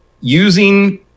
using